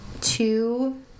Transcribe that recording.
two